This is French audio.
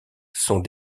sont